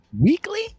Weekly